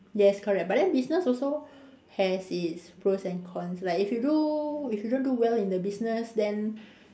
yes correct but then business also has it's pros and cons like if you do if you don't do well in the business then